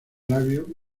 labio